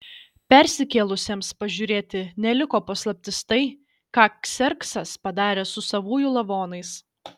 persikėlusiems pažiūrėti neliko paslaptis tai ką kserksas padarė su savųjų lavonais